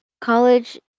college